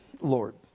lord